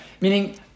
meaning